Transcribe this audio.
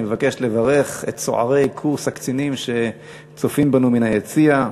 אני מבקש לברך את צוערי קורס הקצינים שצופים בנו מהיציע.